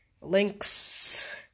links